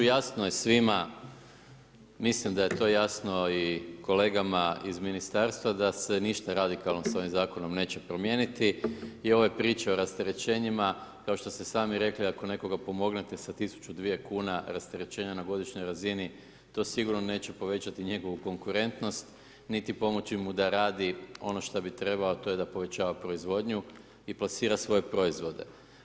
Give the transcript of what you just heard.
Jasno je svima, mislim da je to jasno i kolegama iz ministarstva da se ništa radikalno s ovim zakonom neće promijeniti i ove priče o rasterećenjima, kao što ste sami rekli, ako nekoga pomognete sa 1000, 2 kuna, rasterećenja na godišnjoj razini to sigurno neće povećati njegovu konkurentnost, niti pomoći mu da radi ono što bi trebao, a to je da povećava proizvodnju i plasira svoje proizvode.